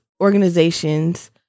organizations